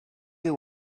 you